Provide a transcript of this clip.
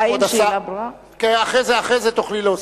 אחרי זה תוכלי להוסיף.